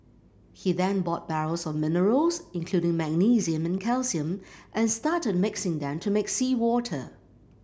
he then bought barrels of minerals including magnesium and calcium and started mixing them to make seawater